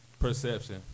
perception